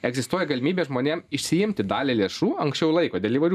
egzistuoja galimybė žmonėm išsiimti dalį lėšų anksčiau laiko dėl įvairių